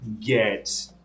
get